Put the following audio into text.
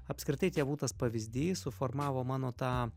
apskritai tėvų tas pavyzdys suformavo mano tą